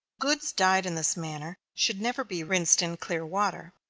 goods dyed in this manner should never be rinsed in clear water.